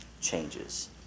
changes